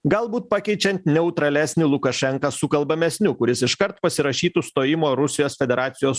galbūt pakeičiant neutralesnį lukašenka sukalbamesniu kuris iškart pasirašytų stojimo rusijos federacijos